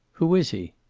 who is he?